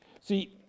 See